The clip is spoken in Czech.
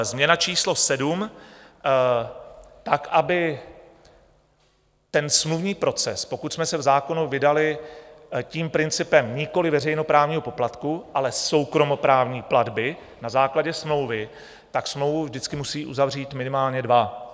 Změna číslo sedm: aby smluvní proces pokud jsme se v zákonu vydali principem nikoli veřejnoprávního poplatku, ale soukromoprávní platby na základě smlouvy, tak smlouvu vždycky musí uzavřít minimálně dva.